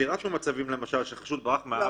פירטנו מצבים שהחשוד ברח מהארץ.